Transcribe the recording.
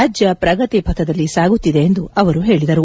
ರಾಜ್ಯ ಪ್ರಗತಿ ಪಥದಲ್ಲಿ ಸಾಗುತ್ತಿದೆ ಎಂದು ಅವರು ಹೇಳಿದರು